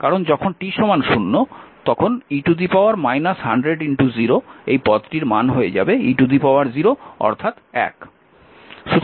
কারণ যখন t 0 তখন e 1000 এই পদটির মান হবে e0 1